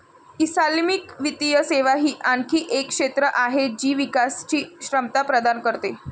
Islamic वित्तीय सेवा ही आणखी एक क्षेत्र आहे जी विकासची क्षमता प्रदान करते